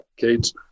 decades